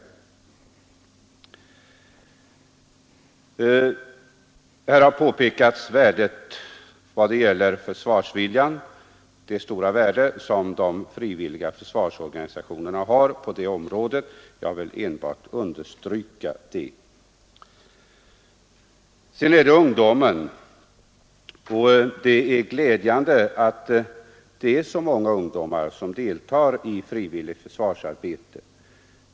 Här har påpekats det stora värde som de frivilliga försvarsorganisationerna har för försvarsviljan. Jag vill starkt understryka det. Det är glädjande att det är så många ungdomar som deltar i frivilligt försvarsarbete.